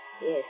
yes